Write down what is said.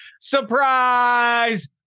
surprise